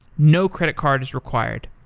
no credit card is required.